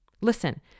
Listen